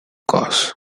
course